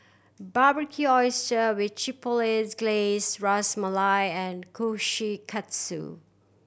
Barbecued Oyster with Chipotle Glaze Ras Malai and Kushikatsu